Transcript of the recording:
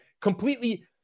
completely